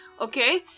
okay